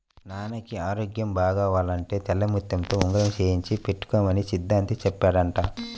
నాన్నకి ఆరోగ్యం బాగవ్వాలంటే తెల్లముత్యంతో ఉంగరం చేయించి పెట్టుకోమని సిద్ధాంతి చెప్పాడంట